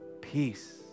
peace